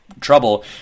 trouble